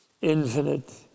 infinite